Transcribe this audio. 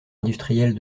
industrielle